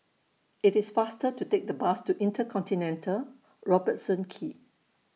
IT IS faster to Take The Bus to InterContinental Robertson Quay